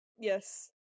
Yes